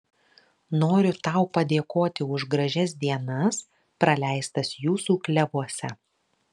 noriu tau padėkoti už gražias dienas praleistas jūsų klevuose